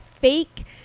fake